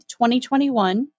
2021